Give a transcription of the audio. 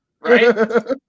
Right